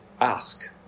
ask